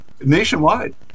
nationwide